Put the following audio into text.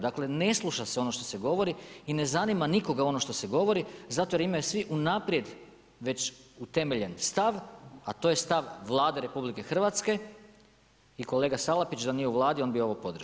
Dakle, ne sluša se ono što se govori i ne zanima nikoga ono što se govori, zato jer imaju svi unaprijed već utemeljen stav, a to je stav Vlade RH i kolega Salapić, da nije u Vladi, on bi ovo podržao.